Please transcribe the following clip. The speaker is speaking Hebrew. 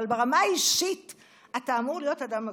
אבל ברמה האישית אתה אמור להיות אדם הגון.